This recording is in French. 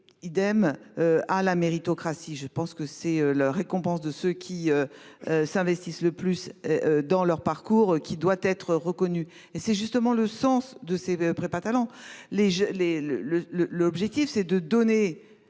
idem à la méritocratie. Je pense que c'est la récompense de ceux qui. S'investissent le plus dans leur parcours qui doit être reconnu et c'est justement le sens de ces de prépa talent les les le le le, l'objectif c'est de donner.